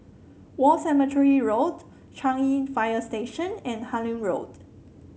War Cemetery Road Changi Fire Station and Harlyn Road